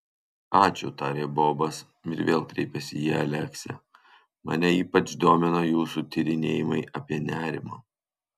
ačiū tarė bobas ir vėl kreipėsi į aleksę mane ypač domina jūsų tyrinėjimai apie nerimą